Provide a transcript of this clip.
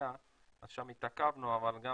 התעשייה התעכבנו שם,